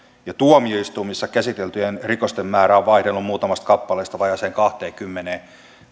ja tuomioistuimissa käsiteltyjen rikosten määrä on vaihdellut muutamasta kappaleesta vajaaseen kahteenkymmeneen